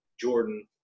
Jordan